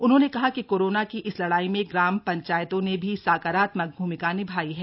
उन्होंने कहा कि कोरोना की इस लड़ाई में ग्राम पंचायतों ने भी सकारात्मक भूमिका निभाई है